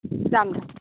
राम्राम्